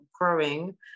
growing